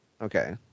Okay